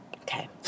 Okay